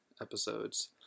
episodes